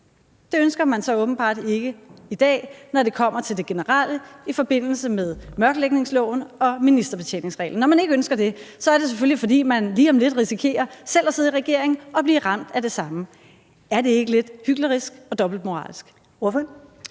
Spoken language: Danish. Det ønsker man så åbenbart ikke i dag, når det kommer til det generelle i forbindelse med mørklægningsloven og ministerbetjeningsreglen. Og når man ikke ønsker det, er det selvfølgelig, fordi man lige om lidt risikerer selv at sidde regering og blive ramt af det samme. Er det ikke lidt hyklerisk og dobbeltmoralsk?